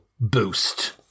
boost